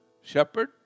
shepherd